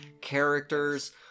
characters